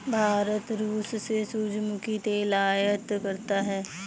भारत रूस से सूरजमुखी तेल आयात करता हैं